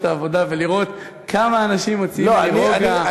העבודה ולראות כמה אנשים מוציאים ממני רוגע,